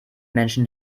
menschen